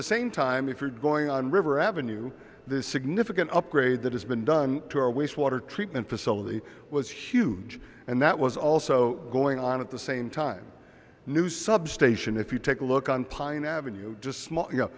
the same time if you're going on river avenue there's significant upgrade that has been done to our wastewater treatment facility was huge and that was also going on at the same time new substation if you take a look on pine avenue just